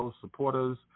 supporters